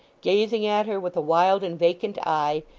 gazing at her with a wild and vacant eye,